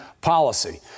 policy